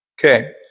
Okay